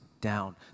down